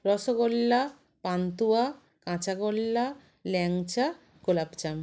rasgulla pantua kachagolla langcha গোলাপজাম